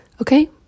okay